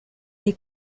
dei